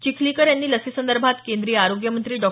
चिखलीकर यांनी लसीसंदर्भात केंद्रीय आरोग्य मंत्री डॉ